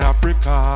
Africa